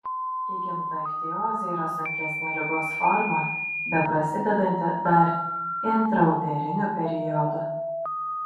įgimta ichtiozė yra sunkesnė ligos forma beprasidedanti dar intrauteriniu periodu